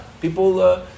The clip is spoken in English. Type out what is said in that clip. people